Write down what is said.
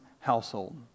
household